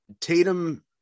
Tatum